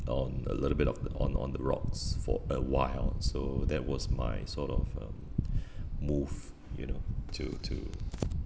on a little bit of on on the rocks for a while so that was my sort of uh move you know to to